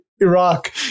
Iraq